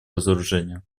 разоружение